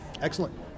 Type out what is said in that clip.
Excellent